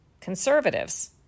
conservatives